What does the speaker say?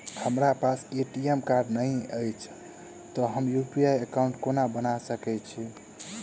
हमरा पास ATM card नहि अछि तए हम यु.पी.आई एकॉउन्ट कोना बना सकैत छी